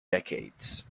decades